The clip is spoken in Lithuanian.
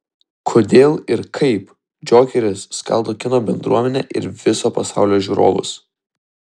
kodėl ir kaip džokeris skaldo kino bendruomenę ir viso pasaulio žiūrovus